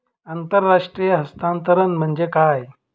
आंतरराष्ट्रीय हस्तांतरण म्हणजे काय?